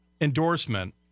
endorsement